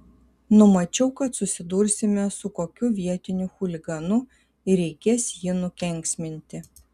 numačiau kad susidursime su kokiu vietiniu chuliganu ir reikės jį nukenksminti